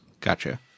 Gotcha